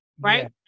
right